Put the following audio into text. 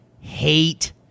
hate